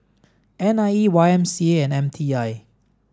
N I E Y M C A and M T I